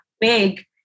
big